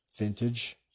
Vintage